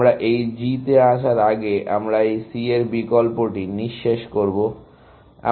আমরা এই G তে আসার আগে আমরা C এর এই বিকল্পটি নিঃশেষ করব